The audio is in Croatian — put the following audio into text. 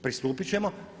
Pristupiti ćemo.